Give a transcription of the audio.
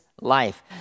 life